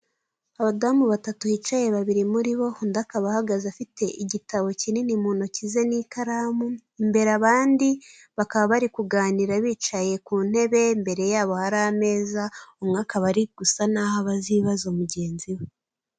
Abadamu batatu hicaye babiri muri bo undi akaba ahagaze afite igitabo kinini mu ntoki ze n'ikaramu. Imbere abandi bakaba bari kuganira bicaye ku ntebe. Imbere yabo hari ameza, umwe akaba ari gusa naho abaza ibibazo mugenzi we.